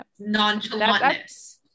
nonchalantness